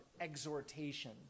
exhortation